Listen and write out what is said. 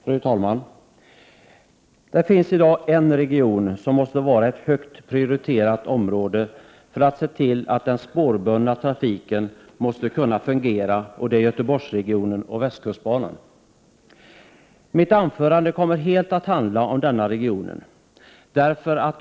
Fru talman! Det finns i dag en region som verkligen måste prioriteras för att den spårbundna trafiken skall kunna fungera. Jag tänker då på Göteborgsregionen och även på västkustbanan, som hela mitt anförande kommer att handla om.